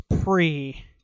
pre